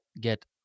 get